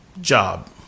job